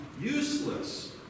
useless